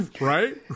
Right